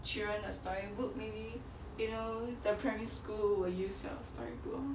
children story would be maybe you know the primary school will use your story book